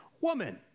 woman